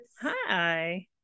Hi